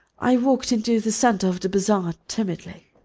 i walked into the centre of the bazaar timidly.